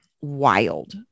wild